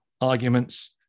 arguments